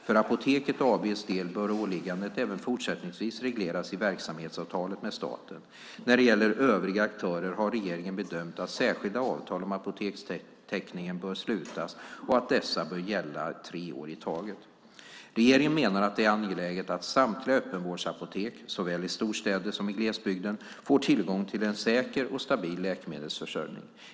För Apoteket AB:s del bör åliggandet även fortsättningsvis regleras i verksamhetsavtalet med staten. När det gäller övriga aktörer har regeringen bedömt att särskilda avtal om apotekstäckningen bör slutas och att dessa bör gälla tre år i taget. Regeringen menar att det är angeläget att samtliga öppenvårdsapotek, såväl i storstäder som i glesbygden, får tillgång till en säker och stabil läkemedelsförsörjning.